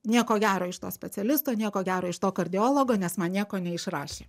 nieko gero iš to specialisto nieko gero iš to kardiologo nes man nieko neišrašė